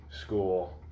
school